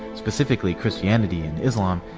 specifically christianity and islam,